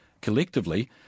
Collectively